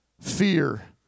Fear